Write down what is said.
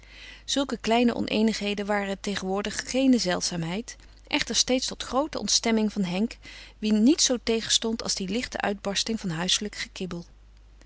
zulke kleine oneenigheden waren tegenwoordig geene zeldzaamheid echter steeds tot groote ontstemming van henk wien niets zoo tegenstond als die lichte uitbarsting van huiselijk gekibbel